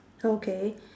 okay